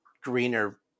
greener